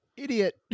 Idiot